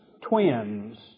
twins